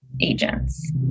agents